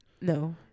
no